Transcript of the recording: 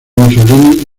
mussolini